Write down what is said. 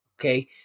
okay